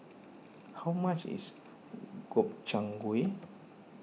how much is Gobchang Gui